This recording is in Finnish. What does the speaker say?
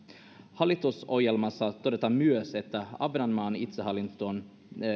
hallitusohjelmassa todetaan myös että ahvenanmaan itsehallinnon